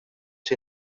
ser